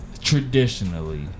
traditionally